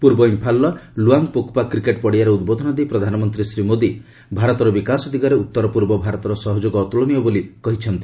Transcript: ପୂର୍ବ ଇମ୍ଫାଲ୍ର ଲୁଆଙ୍ଗ୍ପୋକ୍ପା କ୍ରିକେଟ୍ ପଡ଼ିଆରେ ଉଦ୍ବୋଧନ ଦେଇ ପ୍ରଧାନମନ୍ତ୍ରୀ ଶ୍ରୀ ମୋଦି ଭାରତର ବିକାଶ ଦିଗରେ ଉତ୍ତର ପୂର୍ବ ଭାରତର ସହଯୋଗ ଅତ୍କଳନୀୟ ବୋଲି କହିଛନ୍ତି